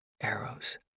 arrows